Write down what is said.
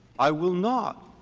i will not,